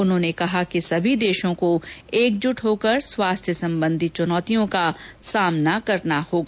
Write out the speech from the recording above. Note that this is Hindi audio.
उन्होंने कहा कि सभी देशों को एकजुट होकर स्वास्थ्य संबंधी चुनौतियों का सामना करना होगा